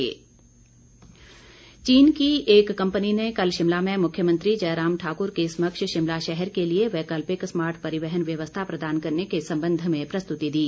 चीन कम्पनी चीन की एक कम्पनी ने कल शिमला में मुख्यमंत्री जयराम ठाक्र के समक्ष शिमला शहर के लिए वैकल्पिक स्मार्ट परिवहन व्यवस्था प्रदान करने के संबंध में प्रस्तुति दी